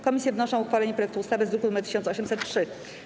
Komisje wnoszą o uchwalenie projektu ustawy z druku nr 1803.